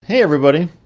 hey everybody,